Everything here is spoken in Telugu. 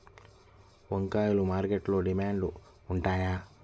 వంకాయలు మార్కెట్లో డిమాండ్ ఉంటాయా?